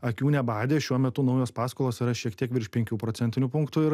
akių nebadė šiuo metu naujos paskolos yra šiek tiek virš penkių procentinių punktų ir